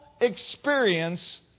experience